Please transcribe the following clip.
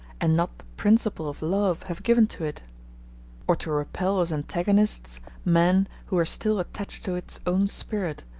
and not the principle of love, have given to it or to repel as antagonists men who are still attached to its own spirit,